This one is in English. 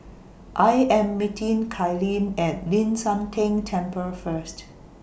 I Am meeting Kalene At Ling San Teng Temple First